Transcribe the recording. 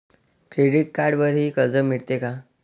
Credit कार्डवरही कर्ज मिळते का?